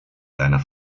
seiner